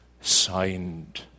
Signed